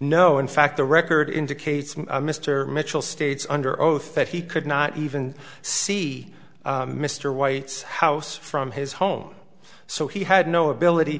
no in fact the record indicates mr mitchell states under oath that he could not even see mr white's house from his home so he had no ability